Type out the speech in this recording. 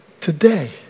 Today